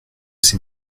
c’est